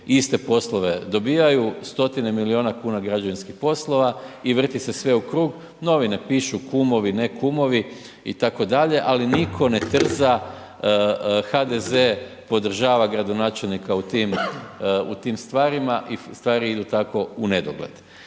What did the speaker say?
iste poslove dobijaju, stotine milijuna kuna građevinskih poslova i vrti se sve u krug, novine pišu, kumovi, ne kumovi itd., ali nitko ne trza, HDZ podržava gradonačelnika u tim, u tim stvarima i stvari idu tako unedogled.